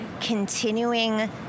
continuing